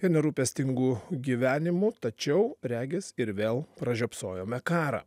ir nerūpestingu gyvenimu tačiau regis ir vėl pražiopsojome karą